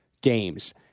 games